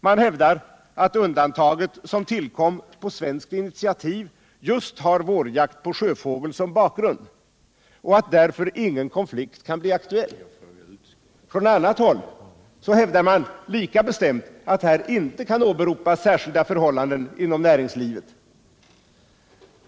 Man hävdar att undantaget, som tillkom på svenskt initiativ, just har vårjakt på sjöfågel som bakgrund och att därför ingen konflikt är aktuell. Från annat håll hävdar man lika bestämt att här inte kan åberopas särskilda förhållanden inom näringslivet.